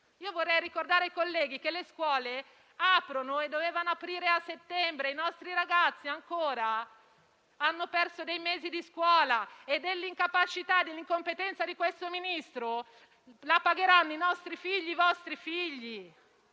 Vorrei ricordare ai colleghi che le scuole dovevano aprire a settembre: i nostri ragazzi hanno perso mesi di scuola e l'incapacità e l'incompetenza di questo Ministro la pagheranno i nostri e i vostri figli.